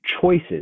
choices